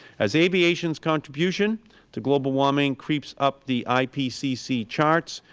as aviation's contribution to global warming creeps up the ipcc charts,